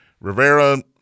Rivera